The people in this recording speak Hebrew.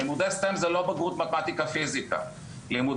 25